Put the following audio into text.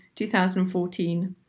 2014